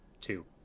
two